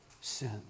sin